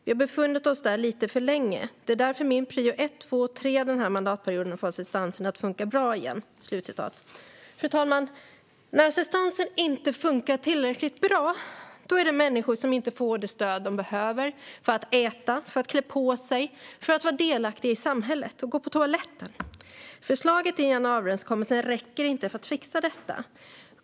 Vi har befunnit oss där lite för länge. Därför är det min prio ett, två och tre den här mandatperioden att få assistansen att funka bra igen." Fru talman! När assistansen inte funkar tillräckligt bra finns det människor som inte får det stöd som de behöver för att kunna äta, klä på sig, gå på toaletten och vara delaktiga i samhället. Förslaget i januariöverenskommelsen räcker inte för att fixa detta.